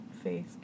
face